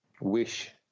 wish